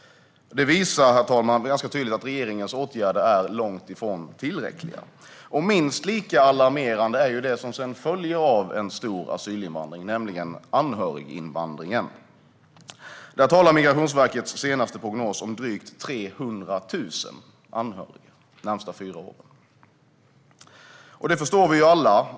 Det här visar tydligt, herr talman, att regeringens åtgärder är långt ifrån tillräckliga. Minst lika alarmerande är det som sedan följer av en stor asylinvandring, nämligen anhöriginvandringen. Migrationsverkets senaste prognos visar drygt 300 000 anhöriga de närmaste fyra åren.